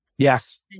Yes